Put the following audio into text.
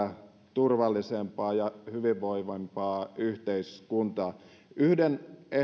turvallisempaa ja hyvinvoivempaa yhteiskuntaa yhden